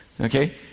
Okay